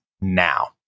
now